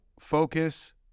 focus